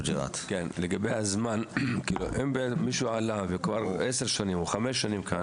אם מישהו עלה והוא כבר 10 שנים כאן,